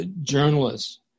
journalists